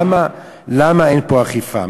למה אין פה אכיפה?